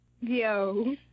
Yo